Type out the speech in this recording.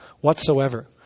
whatsoever